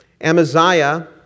Amaziah